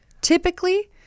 typically